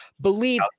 Believe